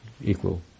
equal